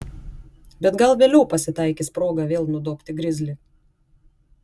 bet gal vėliau pasitaikys proga vėl nudobti grizlį